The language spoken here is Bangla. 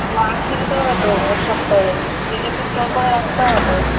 মাছ কিনতে হবে তো এক সপ্তাহের ফ্রিজে তো স্টোর করে রাখতে হবে